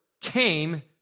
came